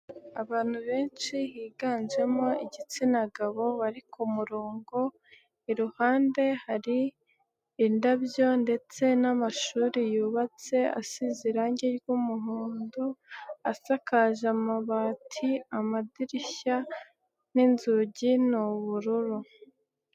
Abantu benshi higanjemo igitsina gabo bari kumurongo, iruhande hari indabyo ndetse n'amashuri yubatse asize irangi ry'umuhondo asakaje amabati amadirishya ninzugi ni ubururu.